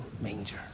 manger